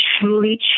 truly